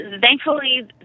thankfully